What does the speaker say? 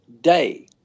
day